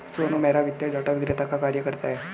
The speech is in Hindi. सोनू मेहरा वित्तीय डाटा विक्रेता का कार्य करता है